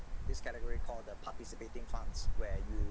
this category called the participating funds where you